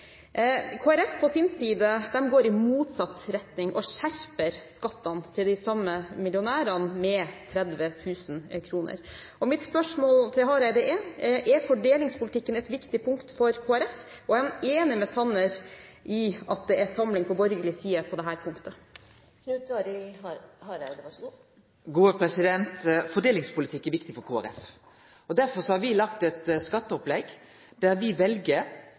Folkeparti på sin side går i motsatt retning og skjerper skattene til de samme millionærene med 30 000 kr. Mitt spørsmål til Hareide er: Er fordelingspolitikken et viktig punkt for Kristelig Folkeparti, og er han enig med Sanner i at det er samling på borgerlig side på dette punktet? Fordelingspolitikk er viktig for Kristeleg Folkeparti, og derfor har me laga eit skatteopplegg der